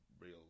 real